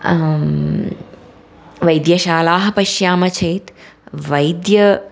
वैद्यशालाः पश्याम चेत् वैद्यः